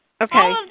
Okay